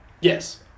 Yes